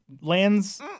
lands